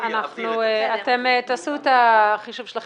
טוב, אתם תעשו את החישוב שלכם.